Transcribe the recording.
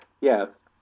Yes